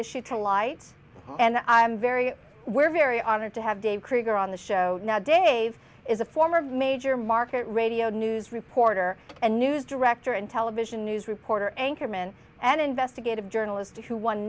issue to light and i'm very we're very honored to have dave krieger on the show now dave is a former major market radio news reporter and news director and television news reporter anchorman and investigative journalist who won